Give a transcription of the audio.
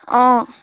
অঁ